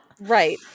Right